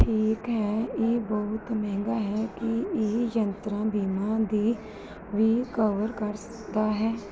ਠੀਕ ਹੈ ਇਹ ਬਹੁਤ ਮਹਿੰਗਾ ਹੈ ਕੀ ਇਹ ਯਾਤਰਾ ਬੀਮਾ ਵੀ ਵੀ ਕਵਰ ਕਰ ਸਕਦਾ ਹੈ